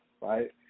right